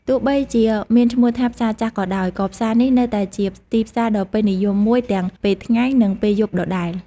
ទោះបីជាមានឈ្មោះថា "ផ្សារចាស់" ក៏ដោយ ក៏ផ្សារនេះនៅតែជាទីផ្សារដ៏ពេញនិយមមួយទាំងពេលថ្ងៃ និងពេលយប់ដដែល។